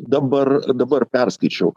dabar dabar perskaičiau